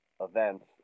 events